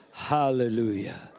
Hallelujah